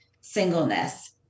singleness